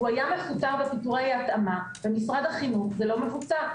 היה מפוטר פיטורי התאמה במשרד החינוך זה לא מבוצע.